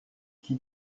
qui